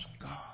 God